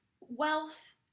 wealth